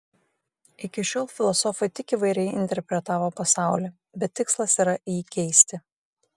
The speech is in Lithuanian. iki šiol filosofai tik įvairiai interpretavo pasaulį bet tikslas yra jį keisti